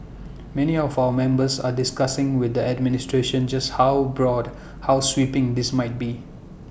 many of our members are discussing with the administration just how broad how sweeping this might be